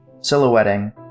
silhouetting